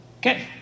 Okay